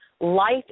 Life